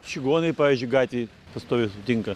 čigonai pavyzdžiui gatvėj pastoviai sutinka